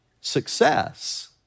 success